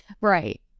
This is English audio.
Right